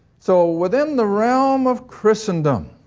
so within the realm of christendom,